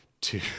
two